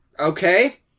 Okay